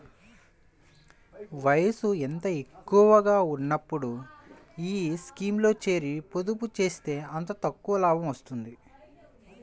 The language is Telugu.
వయసు ఎంత తక్కువగా ఉన్నప్పుడు ఈ స్కీమ్లో చేరి, పొదుపు చేస్తే అంత ఎక్కువ లాభం వస్తుంది